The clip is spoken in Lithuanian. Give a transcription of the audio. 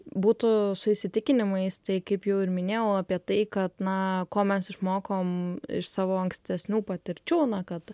būtų su įsitikinimais tai kaip jau ir minėjau apie tai kad na ko mes išmokom iš savo ankstesnių patirčių na kad